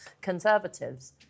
Conservatives